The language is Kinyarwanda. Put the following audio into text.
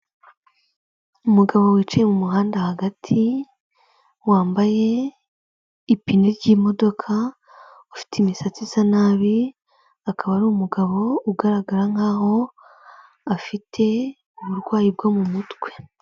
Umugabo wicaye mu muhanda hagati wambaye ipine ry'imodoka, ufite imisatsi isa nabi akaba ari umugabo ugaragara nkaho afite uburwayi bwo mu mutwe.